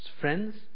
friends